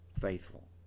faithful